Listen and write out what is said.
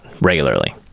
regularly